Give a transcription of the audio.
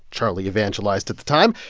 charlie evangelized at the time,